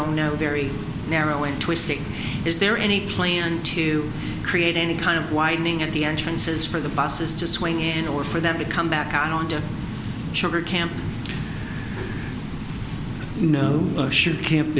all know very narrow in twisting is there any plan to create any kind of widening at the entrances for the buses to swing in order for them to come back out on the sugar camp you know should camp